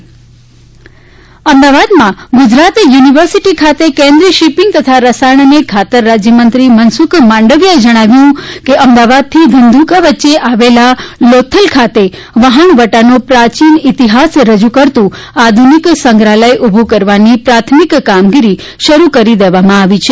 મનસુખ માંડવીયા અમદાવાદ અમદાવાદમાં ગુજરાત યુનિવર્સિટી ખાતે કેન્દ્રીય શિપિંગ તથા રસાયણ અને ખાતર રાજ્યમંત્રી મનસુખ માંડવીયાએ જણાવ્યું કે અમદાવાદથી ધંધુકા વચ્ચે આવેલા લોથલ ખાતે વહાણવટાનો પ્રાચીન ઇતિહાસ રજૂ કરતું આધુનિક સંગ્રહાલય ઊભું કરવાની પ્રાથમિક કામગીરી શરૂ કરી દેવામાં આવી છે